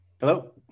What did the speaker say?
Hello